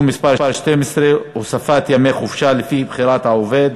מס' 12) (הוספת ימי חופשה לפי בחירת העובד),